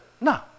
no